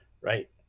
Right